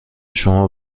شما